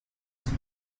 some